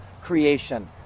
creation